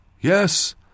Yes